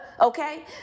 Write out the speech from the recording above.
Okay